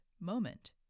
moment